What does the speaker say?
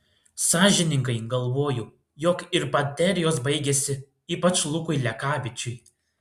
sąžiningai galvoju jog ir baterijos baigėsi ypač lukui lekavičiui